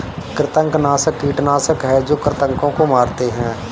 कृंतकनाशक कीटनाशक हैं जो कृन्तकों को मारते हैं